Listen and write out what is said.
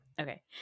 Okay